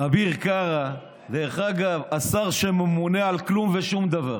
אביר קארה, דרך אגב, השר שממונה על כלום ושום דבר.